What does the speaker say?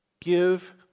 Give